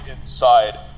inside